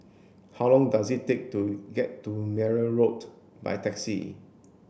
how long does it take to get to Merryn Road by taxi